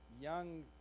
young